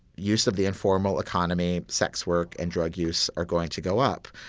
use of the informal economy, sex work and drug use are going to go up.